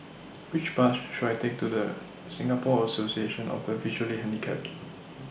Which Bus should I Take to The Singapore Association of The Visually Handicapped